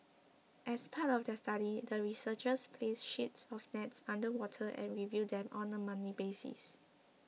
as part of their study the researchers placed sheets of nets underwater and reviewed them on a monthly basis